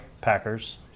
Packers